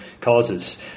causes